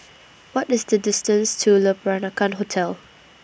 What IS The distance to Le Peranakan Hotel